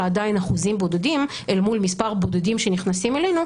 עדיין אחוזים בודדים אל מול מספר בודדים שנכנסים אלינו,